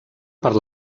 per